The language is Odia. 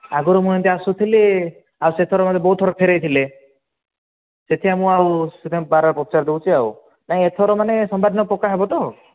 ଆଗରୁ ମୁଁ ଏମିତି ଆସୁଥିଲି ଆଉ ସେଥର ମୋତେ ବହୁତ ଥର ଫେରାଇଥିଲେ ସେଥିପାଇଁ ମୁଁ ଆଉ ସେଥିପାଇଁ ବାର ପଚାରିଦେଉଛି ଆଉ ନାଇଁ ଏଥର ମାନେ ସୋମବାର ଦିନ ପକ୍କା ହେବ ତ